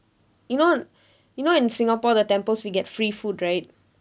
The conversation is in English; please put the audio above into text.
you know you know in singapore the temples we get free food right